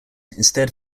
instead